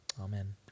Amen